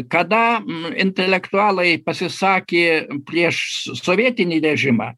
kada intelektualai pasisakė prieš sovietinį režimą